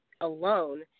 alone